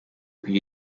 kugira